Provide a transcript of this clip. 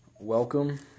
Welcome